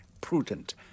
prudent